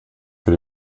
für